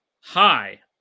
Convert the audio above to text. Hi